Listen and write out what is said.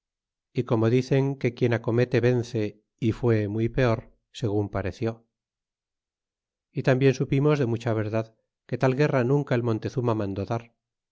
y como dicen que quien acomete vence y fué muy peor segun pareció y tambien supimos de mucha verdad que tal guerra nunca el montezuma mandó dar